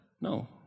no